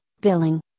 billing